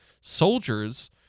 soldiers